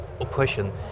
oppression